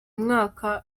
mwaka